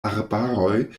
arbaroj